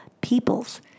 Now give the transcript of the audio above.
peoples